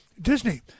Disney